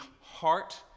heart